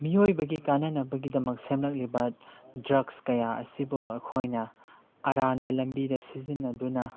ꯃꯤꯑꯣꯏꯕꯒꯤ ꯀꯥꯟꯅꯅꯕꯒꯤꯗꯃꯛ ꯁꯦꯝꯂꯛꯂꯤꯕ ꯗ꯭ꯔꯒꯁ ꯀꯌꯥ ꯑꯁꯤꯕꯨ ꯑꯩꯈꯣꯏꯅ ꯑꯔꯥꯟꯕ ꯂꯝꯕꯤꯗ ꯁꯤꯖꯤꯟꯅꯗꯨꯅ